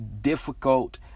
difficult